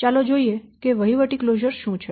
ચાલો જોઈએ કે વહીવટી કલોઝર શું છે